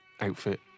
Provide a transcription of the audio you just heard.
outfit